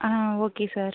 okay sir